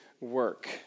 work